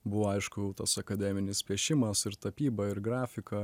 buvo aišku tas akademinis piešimas ir tapyba ir grafika